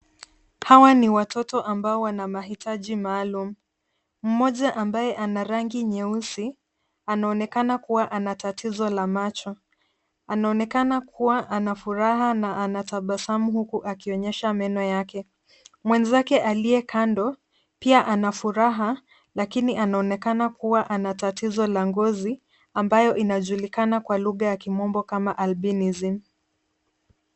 Hawa ni watoto ambao wana mahitaji maalum. Mmoja ambaye ana rangi nyeusi anaonekana kuwa anatatizo la macho. Anaonekana kuwa anafuraha na anatabasamu huku akionyesha meno yake. Mwenzake aliye kando pia anafuraha lakini anaonekana kuwa anatatizo la ngozi ambayo inajulikana kwa lugha ya kimombo kama albinism .